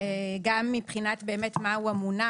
גם מבחינת באמת מה הוא המונח.